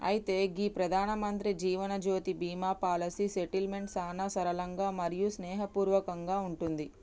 అయితే గీ ప్రధానమంత్రి జీవనజ్యోతి బీమా పాలసీ సెటిల్మెంట్ సానా సరళంగా మరియు స్నేహపూర్వకంగా ఉంటుంది